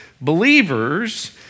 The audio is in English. Believers